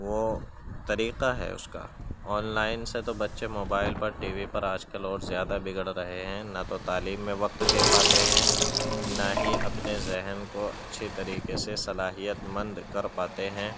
وہ طریقہ ہے اس کا آن لائن سے تو بچے موبائل پر ٹی وی پر آج کل اور زیادہ بگڑ رہے ہیں نہ تو تعلیم میں وقت دے پاتے ہیں نہ ہی اپنے ذہن کو اچھی طریقے سے صلاحیت مند کر پاتے ہیں